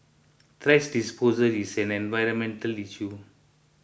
thrash disposal is an environmental issue